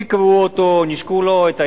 ביקרו אותו, נישקו לו את הידיים,